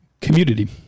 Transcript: community